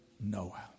Noah